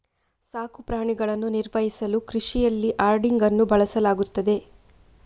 ಸಾಕು ಪ್ರಾಣಿಗಳನ್ನು ನಿರ್ವಹಿಸಲು ಕೃಷಿಯಲ್ಲಿ ಹರ್ಡಿಂಗ್ ಅನ್ನು ಬಳಸಲಾಗುತ್ತದೆ